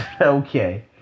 Okay